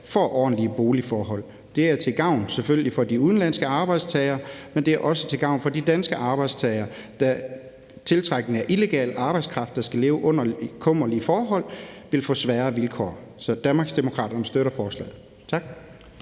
får ordentlige boligforhold. Det er selvfølgelig til gavn for de udenlandske arbejdstagere, men det er også til gavn for de danske arbejdstagere, da tiltrækning af illegal arbejdskraft, der skal leve under kummerlige forhold, vil få sværere vilkår. Så Danmarksdemokraterne støtter forslaget. Kl.